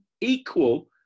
equal